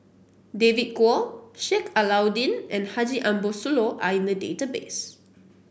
David Kwo Sheik Alau'ddin and Haji Ambo Sooloh are in the database